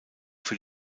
für